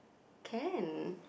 can